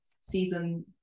season